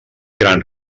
gran